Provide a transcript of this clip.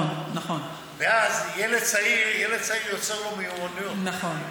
אז ילד צעיר יוצר לו מיומנויות,